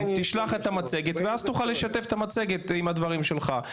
תשלח את המצגת ואז תוכל לשתף את המצגת עם הדברים שלך.